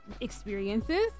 experiences